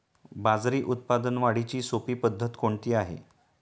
बाजरी उत्पादन वाढीची सोपी पद्धत कोणती आहे?